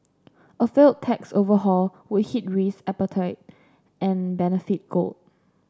a failed tax overhaul would hit risk appetite and benefit gold